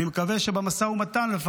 אני מקווה שבמשא ומתן לפחות הוא לא שומע